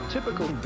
Typical